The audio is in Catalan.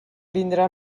vindrà